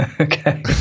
Okay